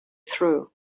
through